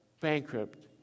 bankrupt